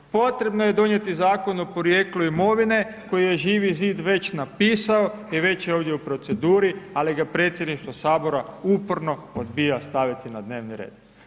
Potrebno je donijeti zakon o porijeklu imovine, koji je Živi zid već napisao i već je ovdje u proceduri, ali ga predsjedništvo Sabora uporno odbija staviti na dnevni red.